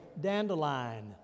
dandelion